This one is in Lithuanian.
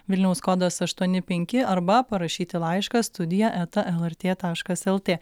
vilniaus kodas aštuoni penki arba parašyti laišką studija eta lrt taškas lt